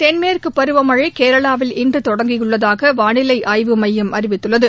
தென்மேற்கு பருவமழை கேரளாவில் இன்று தொடங்கியுள்ளதாக வானிலை ஆய்வு மையம் அறிவித்துள்ளது